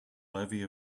levy